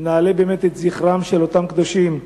נעלה את זכרם של אותם קדושים,